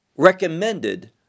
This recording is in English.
Recommended